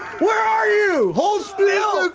where are you? hold still!